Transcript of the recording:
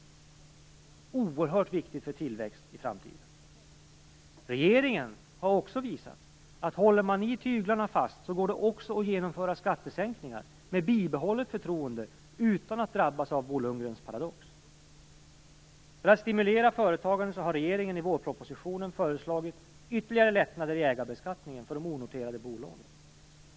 Det är oerhört viktigt för tillväxt i framtiden. Regeringen har dessutom visat att om man håller i tyglarna fast går det också att genomföra skattesänkningar med bibehållet förtroende utan att drabbas av Bo Lundgrens paradox. För att stimulera företagandet har regeringen i vårpropositionen föreslagit ytterligare lättnader i ägarbeskattningen för de onoterade bolagen.